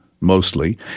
mostly